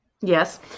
Yes